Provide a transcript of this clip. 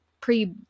pre